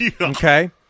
Okay